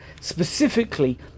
Specifically